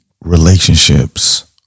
relationships